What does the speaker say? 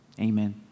Amen